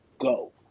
go